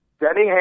Denny